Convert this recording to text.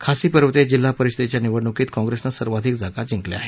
खासी पर्वतीय जिल्हा परिषदेच्या निवडणुकीत काँग्रेसनं सर्वाधिक जागा जिंकल्या आहेत